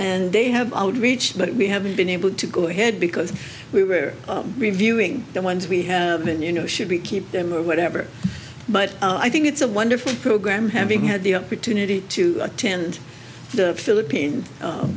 and they have outreach but we haven't been able to go ahead because we were reviewing the ones we have been you know should we keep them or whatever but i think it's a wonderful program having had the opportunity to attend the philippine